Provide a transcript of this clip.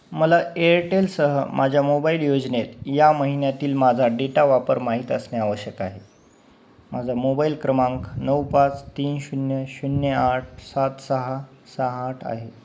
मला एअरटेलसह माझ्या मोबाईल योजनेत या महिन्यातील माझा डेटा वापर माहीत असणे आवश्यक आहे माझा मोबाईल क्रमांक नऊ पाच तीन शून्य शून्य आठ सात सहा सहा आठ आहे